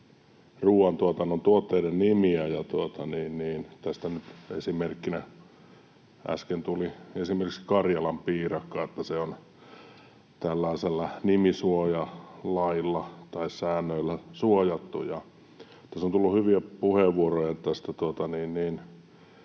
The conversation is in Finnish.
ruuantuotannon tuotteiden nimiä, ja tästä oli nyt äsken esimerkkinä karjalanpiirakka, että se on tällaisella nimisuojalailla tai -säännöillä suojattu. Tässä on tullut hyviä puheenvuoroja